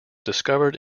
discovered